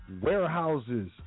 warehouses